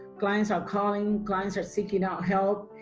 clients are calling, clients are seeking out help.